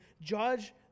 judge